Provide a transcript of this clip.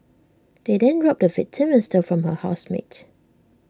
they then robbed the victim and stole from her housemate